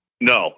No